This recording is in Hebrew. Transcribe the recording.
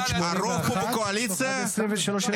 חברי הכנסת, אני מתכבד לפתוח את ישיבת הכנסת.